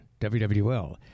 WWL